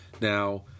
now